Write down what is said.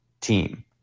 team